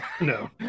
no